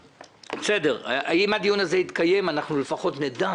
בסדר, אם הדיון הזה יתקיים לפחות נדע